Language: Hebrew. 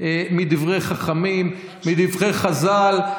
מדברי חכמים, מדברי חז"ל.